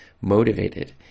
motivated